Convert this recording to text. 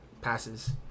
passes